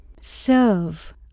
serve